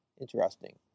Interesting